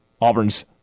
Auburn's